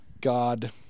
god